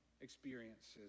experiences